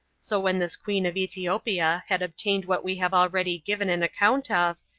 so when this queen of ethiopia had obtained what we have already given an account of,